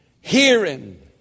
hearing